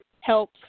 help